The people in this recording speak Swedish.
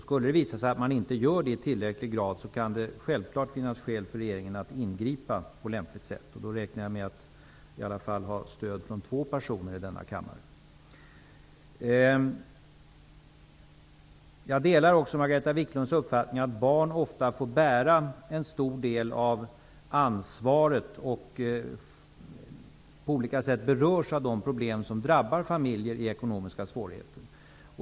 Skulle det visa sig att man inte gör det i tillräcklig grad kan det självklart finnas skäl för regeringen att ingripa på lämpligt sätt. Då räknar jag med att i alla fall få stöd från två personer här i kammaren. Jag delar Margareta Viklunds uppfattning att barn ofta får bära en stor del av ansvaret och att de på olika sätt berörs av de problem som drabbar familjer i ekonomiska svårigheter.